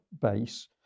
base